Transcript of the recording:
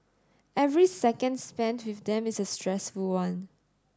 every second spent with them is a stressful one